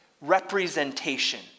representation